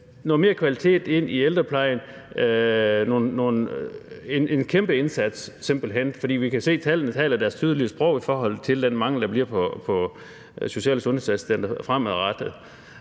mere kvalitet ind i ældreplejen, og det vil kræve en kæmpe indsats, for vi kan jo se, at tallene taler deres tydelige sprog i forhold til den mangel, der bliver på social- og sundhedsassistenter fremadrettet;